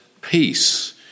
peace